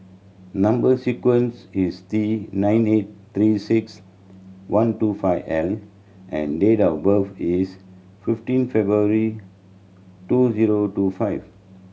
number sequence is T nine eight Three Six One two five L and date of birth is fifteen February two zero two five